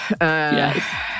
Yes